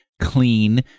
clean